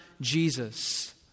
Jesus